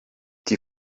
die